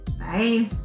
bye